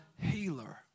healer